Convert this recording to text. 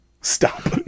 stop